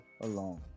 alone